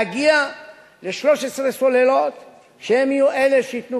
להגיע ל-13 סוללות שהן יהיו אלה שייתנו